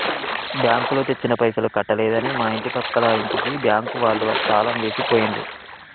బ్యాంకులో తెచ్చిన పైసలు కట్టలేదని మా ఇంటి పక్కల ఇంటికి బ్యాంకు వాళ్ళు తాళం వేసి పోయిండ్రు